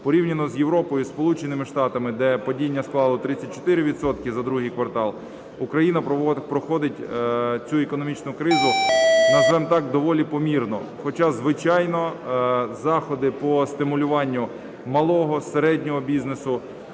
Порівняно з Європою, зі Сполученими Штатами, де падіння склало 34 відсотки за ІІ квартал, Україна проходить цю економічну кризу, назвемо так, доволі помірно. Хоча, звичайно, заходи по стимулюванню малого, середнього бізнесу,